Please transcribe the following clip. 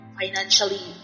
financially